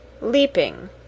leaping